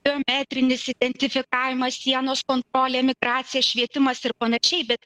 biometrinis identifikavimas sienos kontrolė migracija švietimas ir panašiai bet